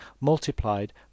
multiplied